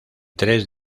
tres